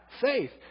faith